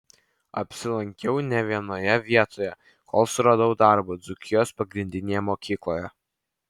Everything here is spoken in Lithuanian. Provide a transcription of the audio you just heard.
apsilankiau ne vienoje vietoje kol suradau darbą dzūkijos pagrindinėje mokykloje